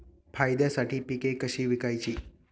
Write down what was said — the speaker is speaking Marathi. फायद्यासाठी पिके कशी विकायची?